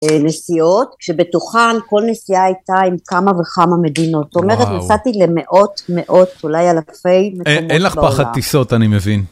נסיעות, שבתוכן כל נסיעה הייתה עם כמה וכמה מדינות. זאת אומרת, נסעתי למאות מאות, אולי אלפי מקומות בעולם. אין לך פחד טיסות אני מבין.